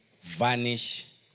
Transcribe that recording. vanish